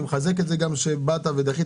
אני מחזק את זה גם שבאת ודחית.